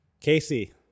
Casey